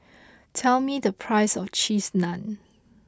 tell me the price of Cheese Naan